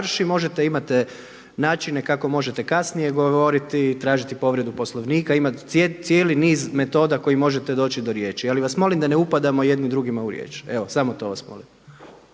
možete imate načine kako možete kasnije govoriti i tražiti povredu Poslovnika. Ima cijeli niz metoda kojim možete doći do riječi, ali vas molim da ne upadamo jedni drugima u riječ, evo samo to vas molim.